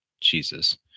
Jesus